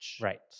Right